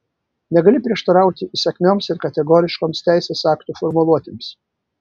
negali prieštarauti įsakmioms ir kategoriškoms teisės aktų formuluotėms